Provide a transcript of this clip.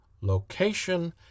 location